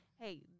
hey